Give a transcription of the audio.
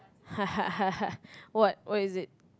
what what is it